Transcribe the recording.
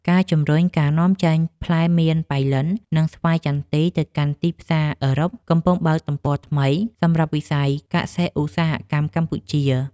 ការជំរុញការនាំចេញផ្លែមានប៉ៃលិន និងស្វាយចន្ទីទៅកាន់ទីផ្សារអឺរ៉ុបកំពុងបើកទំព័រថ្មីសម្រាប់វិស័យកសិឧស្សាហកម្មកម្ពុជា។